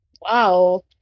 Wow